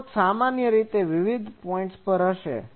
સ્રોત સામાન્ય રીતે વિવિધ પોઈન્ટ્સ પર રહેશે